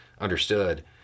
understood